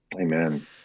Amen